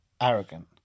arrogant